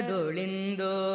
Dolindo